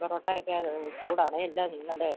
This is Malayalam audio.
പൊറോട്ടായെക്കെ അത് ചൂടാണ് എല്ലാം ഇന്നലെ